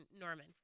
Norman